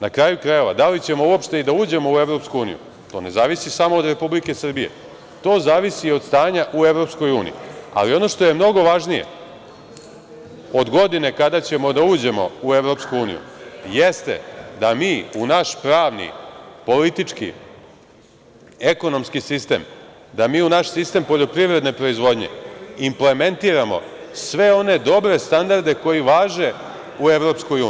Na kraju krajeva, da li ćemo uopšte i da uđemo u EU to ne zavisi samo od Republike Srbije, to zavisi i od stanja u EU, ali ono što je mnogo važnije od godine kada ćemo da uđemo u EU jeste da mi u naš pravni, politički, ekonomski sistem, da mi u naš sistem poljoprivredne proizvodnje implementiramo sve one dobre standarde koji važe u EU.